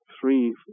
three